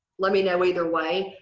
let me know either way.